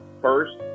first